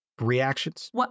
reactions